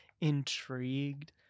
intrigued